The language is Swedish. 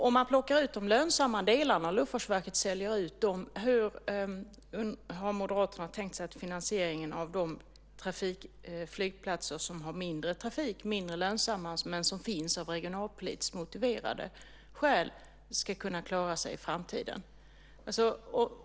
Om man plockar ut de lönsamma delarna och Luftfartsverket säljer ut dem undrar jag hur Moderaterna har tänkt sig att finansieringen av de flygplatser som har mindre trafik, är mindre lönsamma men som finns av regionalpolitiskt motiverade skäl ska kunna klaras i framtiden.